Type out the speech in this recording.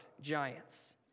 giants